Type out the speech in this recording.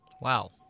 Wow